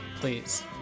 please